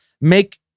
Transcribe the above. make